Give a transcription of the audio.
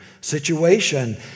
situation